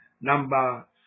number